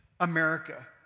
America